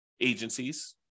agencies